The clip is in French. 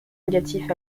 négatifs